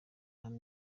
hano